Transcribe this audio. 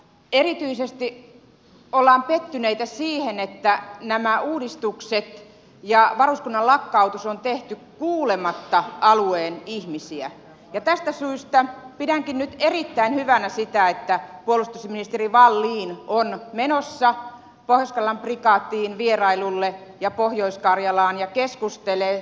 erityisesti ollaan pettyneitä siihen että nämä uudistukset ja varuskunnan lakkautus on tehty kuulematta alueen ihmisiä ja tästä syystä pidänkin nyt erittäin hyvänä sitä että puolustusministeri wallin on menossa pohjois karjalan prikaatiin vierailulle ja pohjois karjalaan ja keskustelee